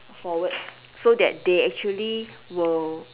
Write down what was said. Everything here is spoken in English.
forward so that they actually will